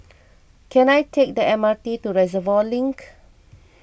can I take the M R T to Reservoir Link